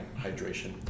hydration